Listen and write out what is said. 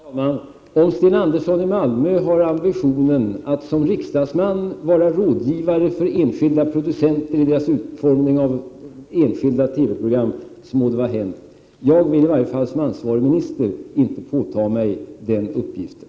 Herr talman! Om Sten Andersson i Malmö har ambitionen att som riksdagsman vara rådgivare för enskilda producenter vid deras utformning av enskilda TV-program må det vara hänt. Jag vill i varje fall, som ansvarig minister, inte påta mig den uppgiften.